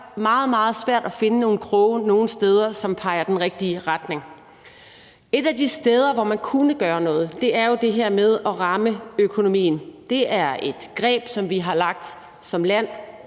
meget svært at finde nogen kroge nogen steder, som peger i den rigtige retning. Et af de steder, hvor man kunne gøre noget, er jo det her med at ramme økonomien. Det er et greb, som vi som land